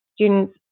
students